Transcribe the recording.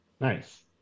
Nice